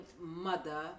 mother